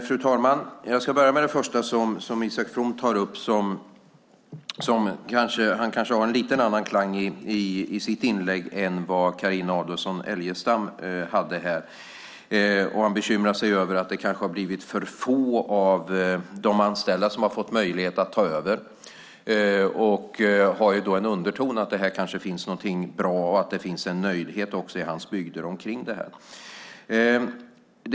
Fru talman! Jag ska börja med det första som Isak From tar upp. Han har kanske en liten annan klang i sitt inlägg än vad Carina Adolfsson Elgestam hade här. Han bekymrar sig över att det kanske har blivit för få av de anställda som ha fått möjlighet att ta över. Han har en underton av att det kanske är någonting bra och att det finns en nöjdhet också i hans bygder om detta.